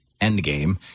Endgame